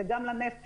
זה גם לנפש.